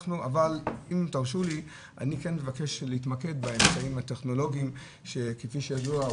אם תרשו לי אני כן אבקש להתמקד באמצעים הטכנולוגיים שכפי שידוע,